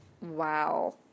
wow